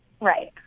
Right